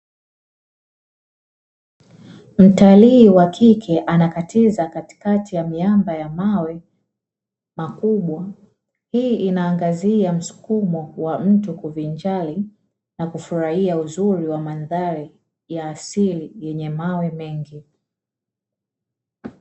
Mtalii wa kike anakatiza katikati ya miamba ya mawe makubwa. Hii inaangazia msukumo wa mtu kuvinjari na kufurahia uzuri wa mandhari ya asili yenye mawe mengi.